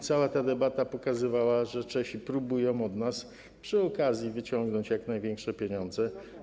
Cała ta debata pokazywała, że Czesi próbują od nas przy okazji wyciągnąć jak największe pieniądze.